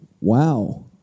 Wow